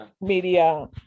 media